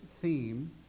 theme